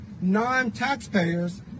non-taxpayers